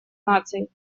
наций